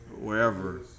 wherever